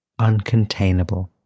uncontainable